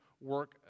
work